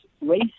race